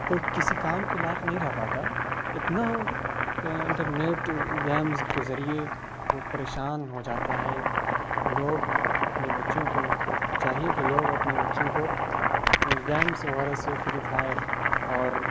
کوئی کسی کام کے لائق نہیں رہ پاتا اتنا انٹرنیٹ گیمز کے ذریعے وہ پریشان ہو جاتا ہے لوگ اپنے بچوں کو چاہیے کہ لوگ اپنے بچوں کو گیمس وغیرہ سے ففری فائر اور